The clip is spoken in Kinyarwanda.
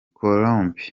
columbus